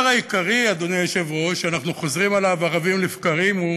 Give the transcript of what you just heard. הדבר העיקרי שאנחנו חוזרים עליו ערבים לבקרים הוא